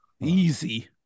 Easy